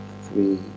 three